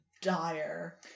dire